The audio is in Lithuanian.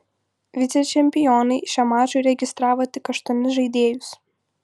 vicečempionai šiam mačui registravo tik aštuonis žaidėjus